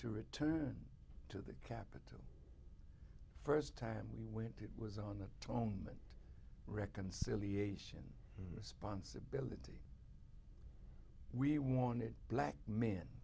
to return to the capital first time we went it was on that tone meant reconciliation responsibility we wanted black men